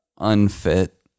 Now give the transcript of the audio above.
unfit